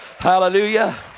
Hallelujah